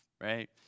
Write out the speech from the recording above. right